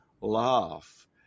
laugh